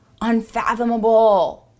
unfathomable